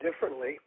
differently